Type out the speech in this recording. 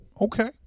Okay